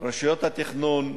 רשויות התכנון מסורבלות.